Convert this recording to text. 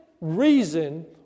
reason